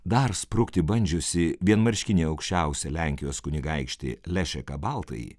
dar sprukti bandžiusį vienmarškinį aukščiausią lenkijos kunigaikštį lešeką baltąjį